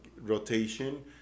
rotation